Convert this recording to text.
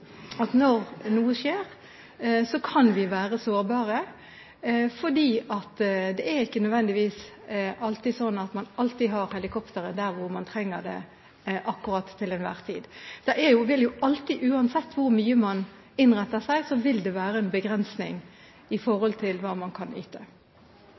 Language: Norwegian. at når noe skjer, så kan vi være sårbare fordi det ikke nødvendigvis alltid er sånn at man har helikoptre der hvor man trenger det til enhver tid. Det vil alltid, uansett hvor mye man innretter seg, være en begrensning